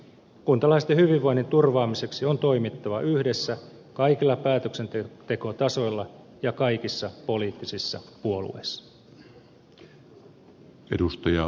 kuntalaisten hyvinvoinnin turvaamiseksi on toimittava yhdessä kaikilla päätöksentekotasoilla ja kaikissa poliittisissa puolueissa